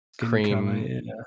cream